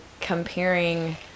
comparing